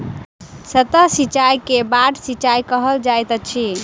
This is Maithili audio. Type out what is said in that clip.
सतह सिचाई के बाढ़ सिचाई कहल जाइत अछि